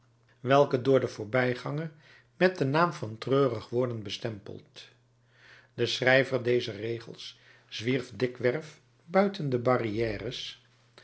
welke door den voorbijganger met den naam van treurig worden bestempeld de schrijver dezer regels zwierf dikwerf buiten de barrières